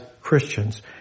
Christians